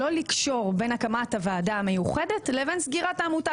לא לקשור בין הקמת הוועדה המיוחדת לבין סגירת העמותה.